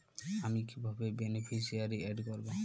আমি কিভাবে beneficiary add করব?